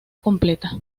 completa